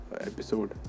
episode